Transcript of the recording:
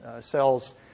cells